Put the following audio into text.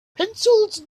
pencils